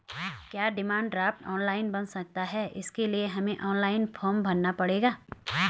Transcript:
क्या demand draft online बन सकता है इसके लिए हमें ऑनलाइन फॉर्म भरना पड़ेगा?